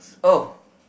oh